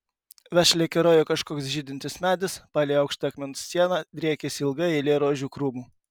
vešliai kerojo kažkoks žydintis medis palei aukštą akmens sieną driekėsi ilga eilė rožių krūmų